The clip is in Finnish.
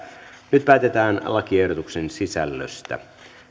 nyt päätetään lakiehdotuksen sisällöstä